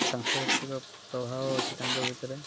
ସାଂସ୍କୃତିକ ପ୍ରଭାବ ଅଛି ତାଙ୍କ ଭିତରେ